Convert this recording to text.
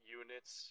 units